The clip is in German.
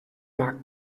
mag